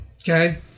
Okay